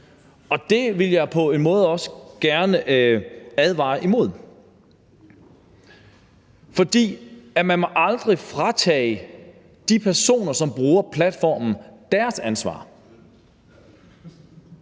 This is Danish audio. og det vil jeg på en måde også gerne advare imod. For man må aldrig fratage de personer, som bruger platformen, deres ansvar.